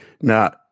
Now